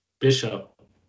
Bishop